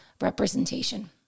representation